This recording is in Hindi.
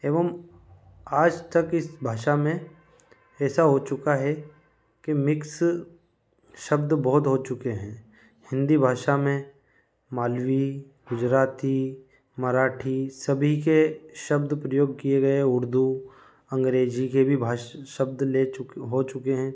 एवं आज तक इस भाषा में ऐसा हो चुका है कि मिक्स शब्द बहुत हो चुके हैं हिंदी भाषा में मालवी गुजराती मराठी सभी के शब्द प्रयोग किए गए उर्दू अंग्रेजी के भी भाश शब्द ले चुक हो चुके हैं